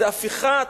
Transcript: זה לקיחת,